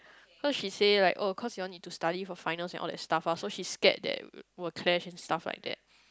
cause she say like oh cause you want to study for final and all that stuff lah so she scared that will crash in stuff like that